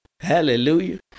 Hallelujah